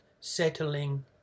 settling